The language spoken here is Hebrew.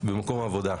במקום העבודה.